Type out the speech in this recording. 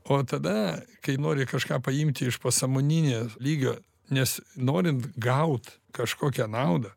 o tada kai nori kažką paimti iš pasąmoninio lygio nes norint gaut kažkokią naudą